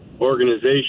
organization